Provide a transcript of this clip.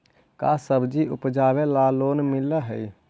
का सब्जी उपजाबेला लोन मिलै हई?